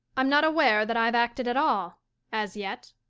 i'm not aware that i've acted at all as yet.